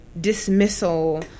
dismissal